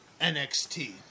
NXT